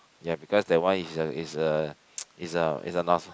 ya because that one is a is a is a noun